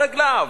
ברגליו,